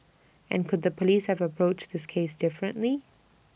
and could the Police have approached this case differently